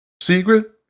secret